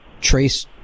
trace